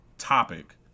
topic